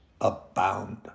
abound